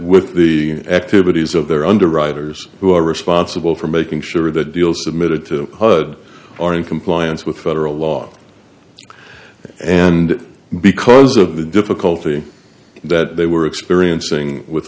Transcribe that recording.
with the activities of their underwriters who are responsible for making sure the deals submitted to hud are in compliance with federal law and because of the difficulty that they were experiencing with